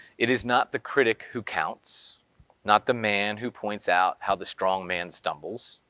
it is not the critic who counts not the man who points out how the strong man stumbles,